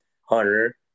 Hunter